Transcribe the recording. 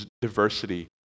diversity